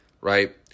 right